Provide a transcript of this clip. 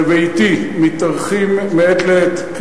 בביתי מתארחים מעת לעת,